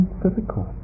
physical